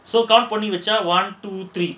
so call பண்ணி வெச்ச:panni vecha one two three